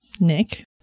Nick